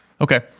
Okay